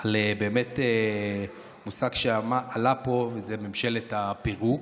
על מושג שעלה פה: ממשלת הפירוק.